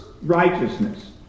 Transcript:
Righteousness